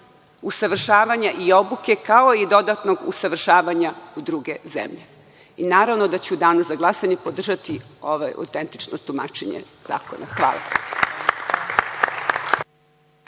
usavršavanja i obuke, kao i dodatno usavršavanja u druge zemlje. Naravno da ću u danu za glasanje podržati ovo autentično tumačenje zakona.